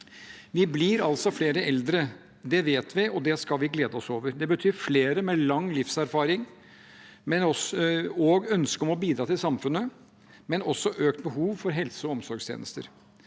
Vi blir altså flere eldre. Det vet vi, og det skal vi glede oss over. Det betyr flere med lang livserfaring og ønske om å bidra til samfunnet, men også økt behov for helseog omsorgstjenester.